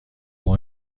شما